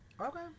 Okay